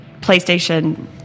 PlayStation